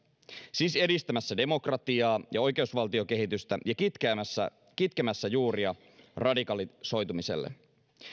siis edistämässä demokratiaa ja oikeusvaltiokehitystä ja kitkemässä radikalisoitumisen juuria